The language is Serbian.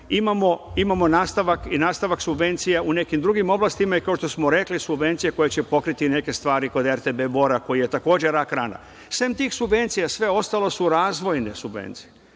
Imamo nastavak subvencija u nekim drugim oblastima, i kao što smo rekli, subvencije koje će pokriti neke stvari kod RTB Bora, koji je takođe rak rana. Sem tih subvencija, sve ostalo su razvojne subvencije,